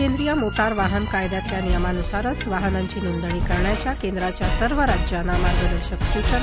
केंद्रीय मोटार वाहन कायद्यातल्या नियमानुसारच वाहनांची नोंदणी करण्याच्या केंद्राच्या सर्व राज्यांना मार्गदर्शक सूचना